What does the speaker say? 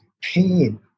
pain